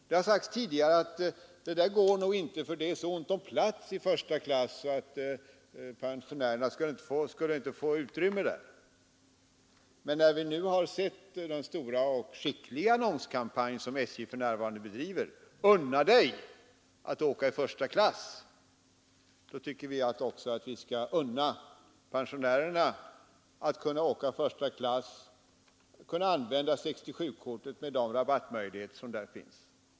Tidigare har det sagts: ”Det här går nog inte, för det är så ont om plats i första klass att pensionärerna inte skulle få utrymme där.” Men när vi nu har sett de stora, och skickliga, annonskampanjer som SJ för närvarande bedriver — Unna dig att åka i första klass — tycker vi att vi skall unna också pensionärerna att åka i första klass med de rabattmöjligheter som 67-kortet ger.